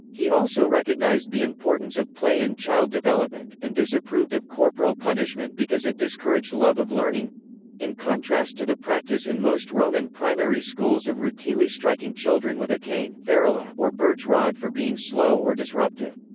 he also recognized the importance of play in child development, and disapproved of corporal punishment because it discouraged love of learning in contrast to the practice in most roman primary schools of routinely striking children with a cane ah or birch rod for being slow or disruptive.